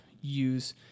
use